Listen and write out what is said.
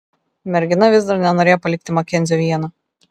mergina vis dar nenorėjo palikti makenzio vieno